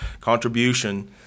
contribution